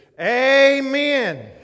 Amen